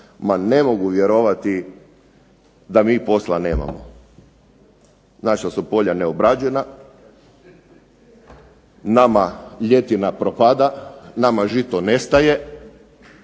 Ma ne mogu vjerovati da mi posla nemamo. Naša su polja neobrađena, nama ljetina propada, nama žito nestaje,